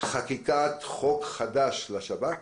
חקיקת חוק חדש לשב"כ,